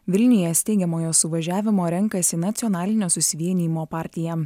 vilniuje steigiamojo suvažiavimo renkasi nacionalinio susivienijimo partija